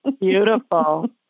Beautiful